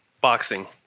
boxing